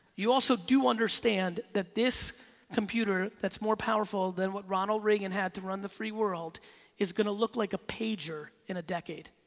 you also do understand that this computer that's more powerful than what ronald reagan had to run the free world is gonna look like a pager in a decade.